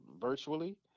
virtually